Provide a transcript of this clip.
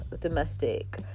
domestic